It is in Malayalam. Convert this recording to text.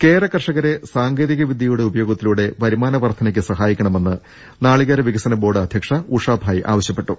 കേര കർഷകരെ സാങ്കേതിക വിദ്യയുടെ ഉപയോഗത്തി ലൂടെ വരുമാന വർധനയ്ക്ക് സഹായിക്കണമെന്ന് നാളകേര വികസന ബോർഡ് അധ്യക്ഷ ഉഷാഭായ് ആവശ്യപ്പെട്ടു